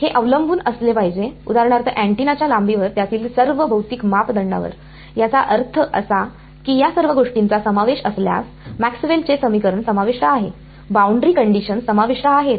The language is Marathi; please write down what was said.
हे अवलंबून असले पाहिजे उदाहरणार्थ अँटिनाच्या लांबीवर आणि त्यातील सर्व भौतिक मापदंडांवर याचा अर्थ असा की या सर्व गोष्टींचा समावेश असल्यास मॅक्सवेलचे समीकरण समाविष्ट आहे बाउंड्री कंडिशन समाविष्ट आहेत